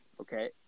okay